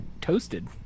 toasted